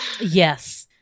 yes